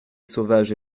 sauvage